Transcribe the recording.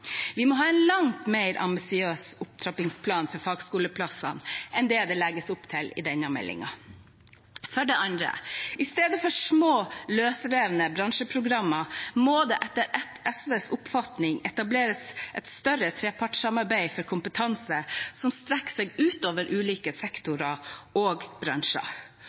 Vi må ha en langt mer ambisiøs opptrappingsplan for fagskoleplasser enn det det legges opp til i denne meldingen. For det andre: I stedet for små, løsrevne bransjeprogrammer må det etter SVs oppfatning etableres et større trepartssamarbeid for kompetanse som strekker seg utover ulike sektorer og bransjer.